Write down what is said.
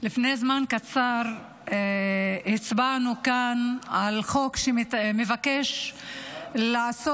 לפני זמן קצר הצבענו כאן על חוק שמבקש לעשות